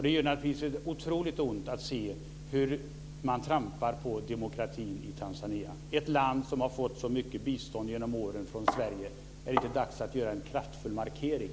Det gör naturligtvis otroligt ont att se hur man trampar på demokratin i Tanzania - ett land som har fått så mycket bistånd genom åren från Sverige. Är det inte dags att göra en kraftfull markering?